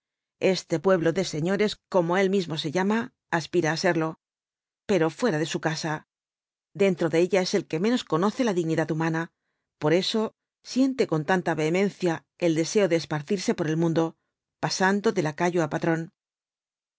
este pueblo de señores como él mismo se llama aspira á serlo pero fuera de su casa dentro de ella es el que menos conoce la dignidad humana por eso siente con tanta vehemencia el deseo de esparcirse por el mundo pasando de lacayo á patrón